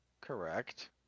correct